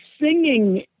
singing